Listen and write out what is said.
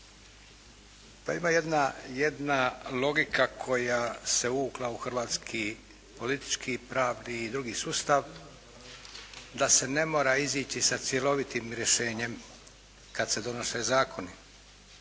Pa ima jedna logika koja se uvukla u hrvatski politički, pravni i drugi sustav da se ne mora izići sa cjelovitim rješenjem kad se donose zakoni.